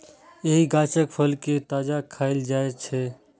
एहि गाछक फल कें ताजा खाएल जाइ छै